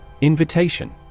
Invitation